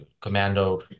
commando